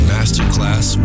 Masterclass